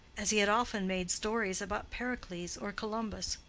as he had often made stories about pericles or columbus,